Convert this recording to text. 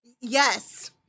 Yes